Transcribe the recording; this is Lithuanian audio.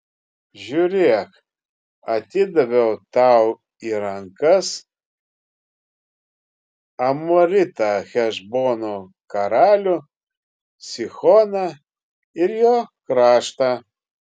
žiūrėk atidaviau tau į rankas amoritą hešbono karalių sihoną ir jo kraštą